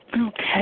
Okay